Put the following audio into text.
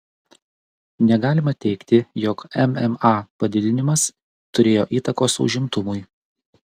negalima teigti jog mma padidinimas turėjo įtakos užimtumui